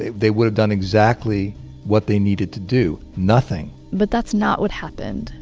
they would have done exactly what they needed to do. nothing but that's not what happened.